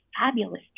fabulous